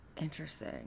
Interesting